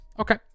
Okay